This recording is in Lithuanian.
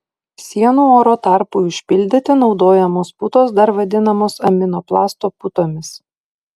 sienų oro tarpui užpildyti naudojamos putos dar vadinamos aminoplasto putomis